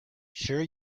sure